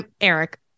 Eric